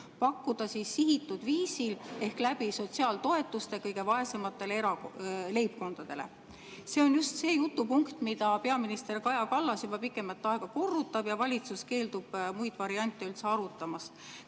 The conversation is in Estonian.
pakkuda seda sihitud viisil ehk läbi sotsiaaltoetuste kõige vaesematele leibkondadele. See on just see jutupunkt, mida peaminister Kaja Kallas juba pikemat aega korrutab, ja valitsus keeldub muid variante üldse arutamast.